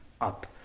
up